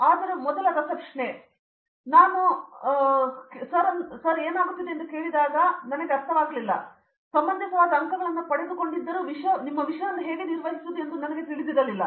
ಆದರೆ ಮೊದಲ ರಸಪ್ರಶ್ನೆ ನಾನು ಹೋಗಿ ಸರ್ ಕೇಳಿದಾಗ ಏನು ಹೇಳುತ್ತಿದ್ದೆ ಎಂದು ನನಗೆ ಅರ್ಥವಾಗಲಿಲ್ಲ ನಾನು ಸಮಂಜಸವಾದ ಅಂಕಗಳನ್ನು ಪಡೆದುಕೊಂಡಿದ್ದರೂ ನಿಮ್ಮ ವಿಷಯವನ್ನು ಹೇಗೆ ನಿರ್ವಹಿಸುವುದು ಎಂದು ನನಗೆ ತಿಳಿದಿಲ್ಲ